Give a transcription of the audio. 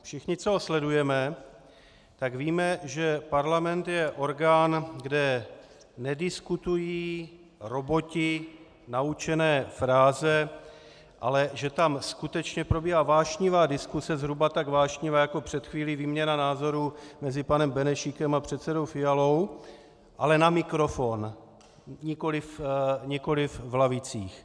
Všichni, co ho sledujeme, tak víme, že parlament je orgán, kde nediskutují roboti naučené fráze, ale že tam skutečně probíhá vášnivá diskuse, zhruba tak vášnivá jako před chvílí výměna názorů mezi panem Benešíkem a předsedou Fialou, ale na mikrofon, nikoliv v lavicích.